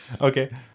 Okay